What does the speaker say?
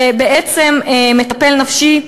מטפל נפשי,